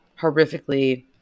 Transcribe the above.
horrifically